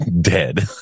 dead